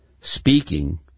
speaking